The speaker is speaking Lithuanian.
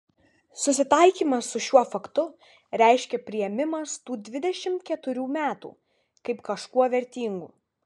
susitaikymas su šiuo faktu reiškia priėmimas tų dvidešimt keturių metų kaip kažkuo vertingų